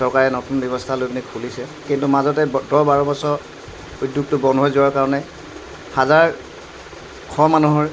চৰকাৰে নতুন ব্যৱস্থা লৈ পিনে খুলিছে কিন্তু মাজতে দহ বাৰ বছৰ উদ্যোগটো বন্ধ হৈ যোৱাৰ কাৰণে হাজাৰ শ মানুহৰ